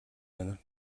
чанар